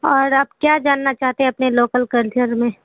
اور آپ کیا جاننا چاہتے ہیں اپنے لوکل کلچر میں